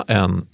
en